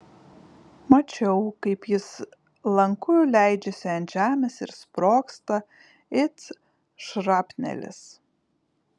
mačiau kaip jis lanku leidžiasi ant žemės ir sprogsta it šrapnelis